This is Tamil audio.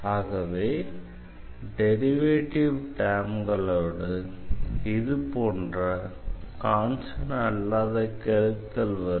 ஆகவே டெரிவேட்டிவ் டெர்ம்களோடு இதுபோன்ற கான்ஸ்டண்ட் அல்லாத கெழுக்கள் வரும்